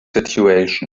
situation